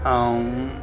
ऐं